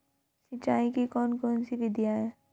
सिंचाई की कौन कौन सी विधियां हैं?